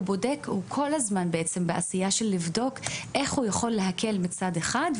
הוא כל הזמן בעצם בעשייה של לבדוק איך הוא יכול להקל מצד אחד,